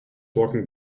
walking